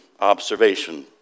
observation